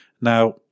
Now